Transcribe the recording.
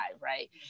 right